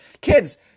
Kids